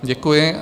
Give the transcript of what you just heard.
Děkuji.